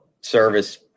service